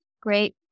great